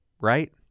right